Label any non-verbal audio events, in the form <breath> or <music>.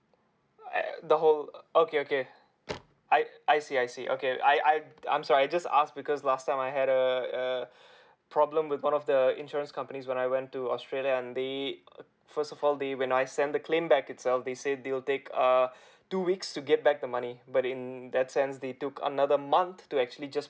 err the whole uh okay okay I I see I see okay I I I'm sorry I just ask because last time I had a uh problem with one of the insurance companies when I went to australia and they uh first of all they when I send the claim back itself they said they will take uh <breath> two weeks to get back the money but in that sense they took another month to actually just